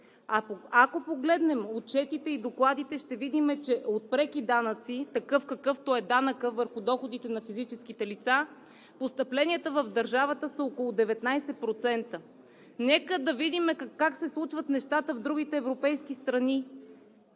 Ако погледнем отчетите и докладите, ще видим, че от преки данъци – какъвто е данъкът върху доходите на физическите лица, постъпленията в държавата са около 19%. Нека да видим как се случват нещата в другите европейски страни.